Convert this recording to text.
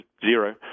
zero